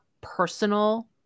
personal